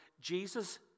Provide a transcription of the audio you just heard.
Jesus